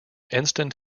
instant